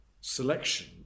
selection